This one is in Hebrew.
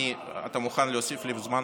אתה מוכן להוסיף לי זמן?